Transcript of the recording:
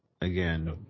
again